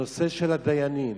הנושא של הדיינים,